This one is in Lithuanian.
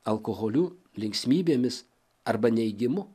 alkoholiu linksmybėmis arba neigimu